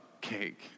cake